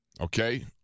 okay